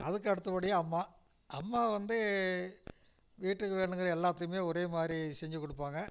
அதுக்கு அடுத்தபடியாக அம்மா அம்மா வந்து வீட்டுக்கு வேணுங்கிற எல்லாத்தையுமே ஒரே மாதிரி செஞ்சு கொடுப்பாங்க